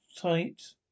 tight